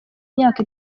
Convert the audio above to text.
imyaka